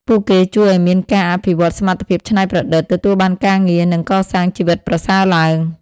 ពួកគេជួយឱ្យមានការអភិវឌ្ឍសមត្ថភាពច្នៃប្រឌិត ទទួលបានការងារ និងកសាងជីវិតប្រសើរឡើង ។